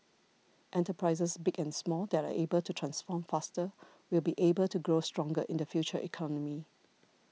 enterprises big and small that are able to transform faster will be able to grow stronger in the future economy